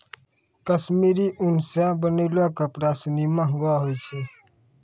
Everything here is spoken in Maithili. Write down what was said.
कश्मीरी उन सें बनलो कपड़ा सिनी महंगो होय छै